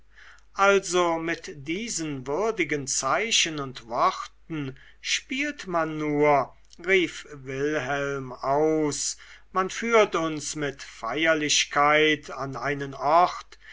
also mit diesen würdigen zeichen und worten spielt man nur rief wilhelm aus man führt uns mit feierlichkeit an einen ort